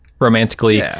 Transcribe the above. romantically